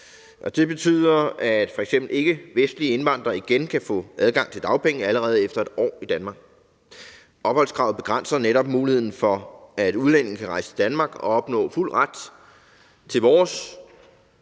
det betyder, at f.eks. ikkevestlige indvandrere igen kan få adgang til dagpenge allerede efter 1 år i Danmark. Opholdskravet begrænser netop muligheden for, at udlændinge kan rejse til Danmark og opnå fuld ret til vores